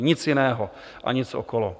Nic jiného a nic okolo.